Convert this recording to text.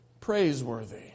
praiseworthy